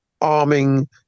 arming